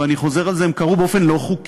ואני חוזר על זה: הם קרו באופן לא חוקי.